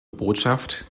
botschaft